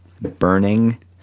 burning